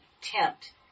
tempt